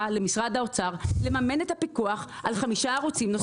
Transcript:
למשרד האוצר לממן את הפיקוח על חמישה ערוצים נוספים.